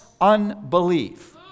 unbelief